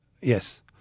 Yes